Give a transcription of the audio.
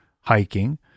hiking